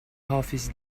office